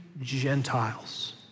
Gentiles